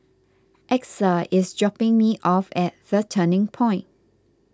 Exa is dropping me off at the Turning Point